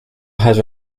has